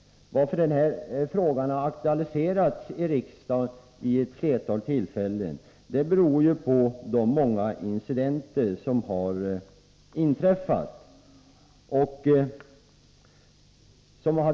Att denna fråga har aktualiserats i riksdagen vid ett flertal tillfällen beror ju på de många incidenter som har inträffat.